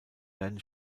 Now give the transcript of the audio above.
werden